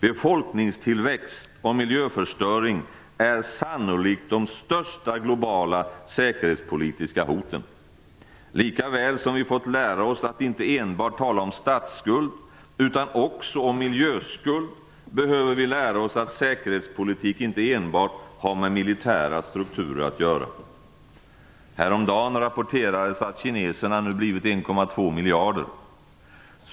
Befolkningstillväxt och miljöförstöring är sannolikt de största globala säkerhetspolitiska hoten. Lika väl som vi fått lära oss att inte enbart tala om statsskuld utan också om miljöskuld, behöver vi lära oss att säkerhetspolitik inte enbart har med militära strukturer att göra. Häromdagen rapporterades att kineserna nu blivit 1,2 miljarder.